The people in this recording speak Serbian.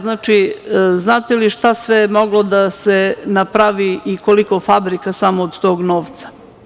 Znate li šta je sve moglo da se napravi i koliko fabrika samo od tog novca?